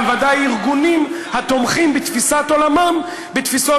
אבל ודאי ארגונים התומכים בתפיסת עולמם בתפיסות